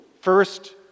First